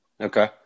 okay